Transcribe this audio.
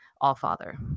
Allfather